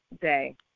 day